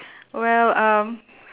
well um